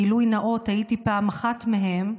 גילוי נאות, הייתי פעם אחת מהם,